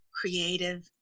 creative